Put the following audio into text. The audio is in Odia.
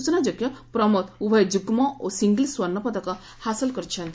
ସୂଚନାଯୋଗ୍ୟ ପ୍ରମୋଦ ଉଭୟ ଯୁଗ୍ଗ ଓ ସିଙାଲସ୍ ସ୍ପର୍ଣ୍ଣପଦକ ହାସଲ କରିଛନ୍ତି